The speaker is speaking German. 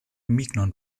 mignon